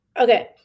Okay